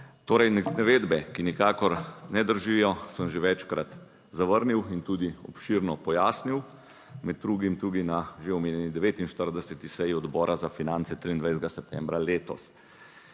Torej, navedbe, ki nikakor ne držijo, sem že večkrat zavrnil in tudi obširno pojasnil, med drugim tudi na že omenjeni 49. seji Odbora za finance, 23. septembra letos.